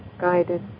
guided